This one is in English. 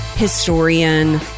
Historian